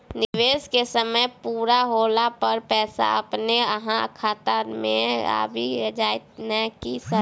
निवेश केँ समय पूरा होला पर पैसा अपने अहाँ खाता मे आबि जाइत नै सर?